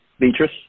Beatrice